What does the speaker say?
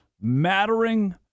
mattering